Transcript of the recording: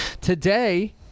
Today